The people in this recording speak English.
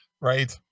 right